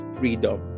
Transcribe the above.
freedom